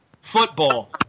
Football